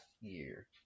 year